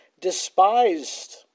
despised